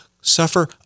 suffer